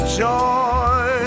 joy